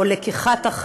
לקיחת,